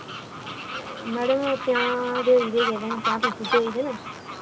madam पंजाह् ते होई गै गेदे न पंजाह् पीसस ते होई गेदे न